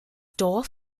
dorf